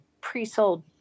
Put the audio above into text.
pre-sold